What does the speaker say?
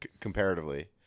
comparatively